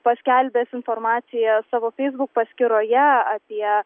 paskelbęs informaciją savo facebook paskyroje apie